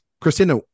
Christina